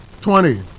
Twenty